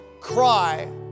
cry